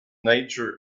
nature